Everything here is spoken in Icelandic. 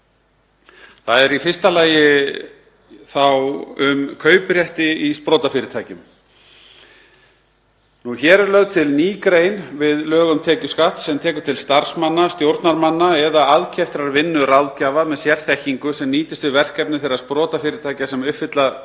þeirra. Fyrst um kauprétti í sprotafyrirtækjum. Lögð er til ný grein við lög um tekjuskatt sem tekur til starfsmanna, stjórnarmanna eða aðkeyptrar vinnu ráðgjafa með sérþekkingu sem nýtist við verkefni þeirra sprotafyrirtækja sem uppfylla